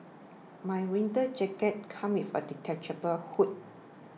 my winter jacket came with a detachable hood